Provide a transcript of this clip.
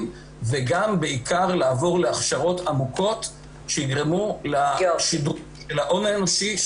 וגם בעיקר לעבור להכשרות עמוקות שיגרמו לשדרוג של ההון האנושי,